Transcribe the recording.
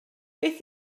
beth